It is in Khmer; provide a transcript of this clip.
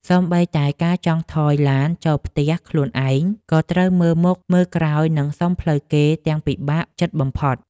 សូម្បីតែការចង់ថយឡានចូលផ្ទះខ្លួនឯងក៏ត្រូវមើលមុខមើលក្រោយ និងសុំផ្លូវគេទាំងពិបាកចិត្តបំផុត។